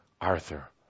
Arthur